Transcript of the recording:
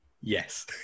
yes